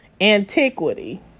Antiquity